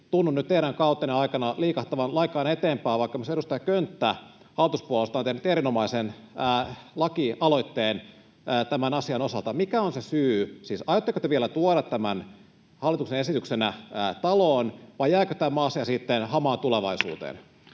tunnu nyt teidän kautenne aikana liikahtavan lainkaan eteenpäin, vaikka esimerkiksi edustaja Könttä hallituspuolueesta on tehnyt erinomaisen lakialoitteen tämän asian osalta? Mikä on se syy? Siis aiotteko te vielä tuoda tämän hallituksen esityksenä taloon, vai jääkö tämä asia sitten hamaan tulevaisuuteen?